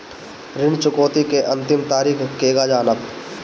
ऋण चुकौती के अंतिम तारीख केगा जानब?